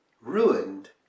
ruined